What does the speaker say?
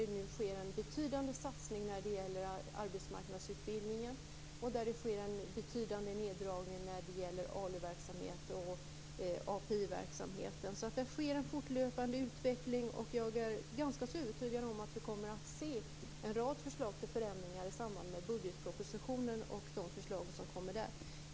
Det sker nu en betydande satsning när det gäller arbetsmarknadsutbildningen och en betydande neddragning när det gäller ALU och API verksamheten. Det sker alltså en fortlöpande utveckling, och jag är ganska övertygad om att vi kommer att få se en rad förslag till förändringar i samband med budgetpropositionen.